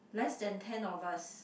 less than ten of us